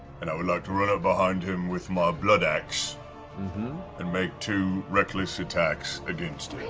and i would like to run up behind him with my bloodaxe and make two reckless attacks against